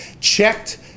checked